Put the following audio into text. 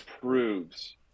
proves